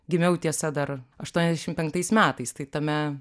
gimiau tiesa dar aštuoniasdešim penktais metais tai tame